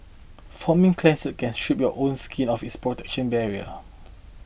foaming cleansers can strip your own skin of its protection barrier